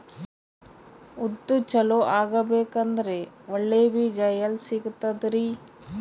ಉದ್ದು ಚಲೋ ಆಗಬೇಕಂದ್ರೆ ಒಳ್ಳೆ ಬೀಜ ಎಲ್ ಸಿಗತದರೀ?